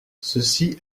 ceci